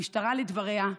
המשטרה, לדבריה,